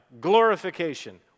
Glorification